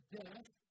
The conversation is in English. death